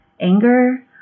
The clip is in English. anger